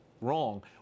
wrong